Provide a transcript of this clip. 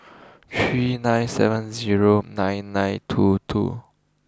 three nine seven zero nine nine two two